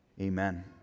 Amen